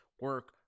Work